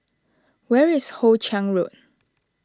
where is Hoe Chiang Road